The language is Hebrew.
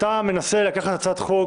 אתה מנסה לקחת הצעת חוק,